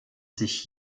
sich